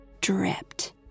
dripped